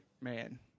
man